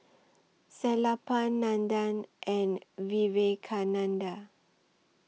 Sellapan Nandan and Vivekananda